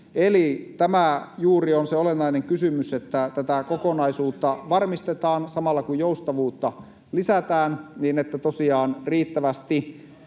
Mikä on hallituksen linja?] että tätä kokonaisuutta varmistetaan samalla, kun joustavuutta lisätään, niin että tosiaan riittävästi